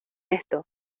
esto